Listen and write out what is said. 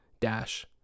dash